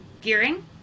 Gearing